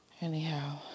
Anyhow